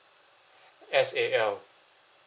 S A L